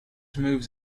moves